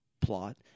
plot